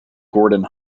gordon